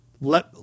let